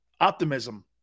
Optimism